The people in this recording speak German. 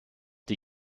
die